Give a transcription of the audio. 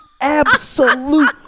absolute